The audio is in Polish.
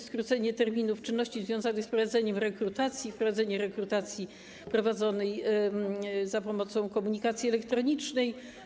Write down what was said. Skrócenie terminów czynności związanych z prowadzeniem rekrutacji, prowadzenie rekrutacji za pomocą komunikacji elektronicznej.